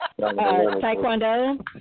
taekwondo